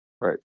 Right